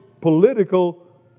political